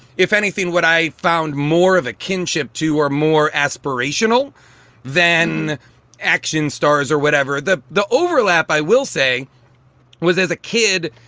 if anything, what i found more of a kinship to are more aspirational than action stars or whatever. the the overlap, i will say was as a kid,